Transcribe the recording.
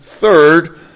third